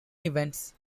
events